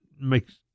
makes